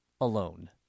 alone